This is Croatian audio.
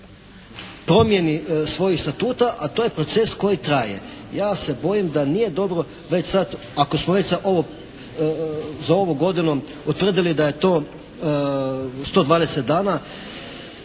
promjeni svojih statuta, a to je proces koji traje. Ja se bojim da nije dobro već sad, ako smo već za ovu godinu utvrdili da je to 120 dana